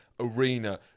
arena